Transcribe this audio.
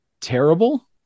terrible